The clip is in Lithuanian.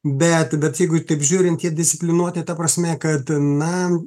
bet bet jeigu taip žiūrint jie disciplinuoti ta prasme kad na